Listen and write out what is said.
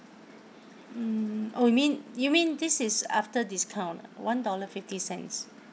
mm oh you mean you mean this is after discount one dollar fifty cents